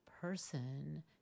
person